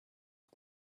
the